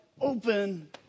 open